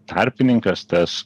tarpininkas tas